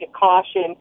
caution